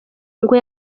ngo